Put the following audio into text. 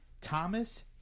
Thomas